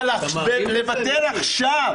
אבל לבטל עכשיו?